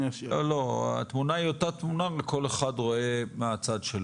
לא, התמונה היא אותה תמונה וכל אחד רואה מהצד שלו.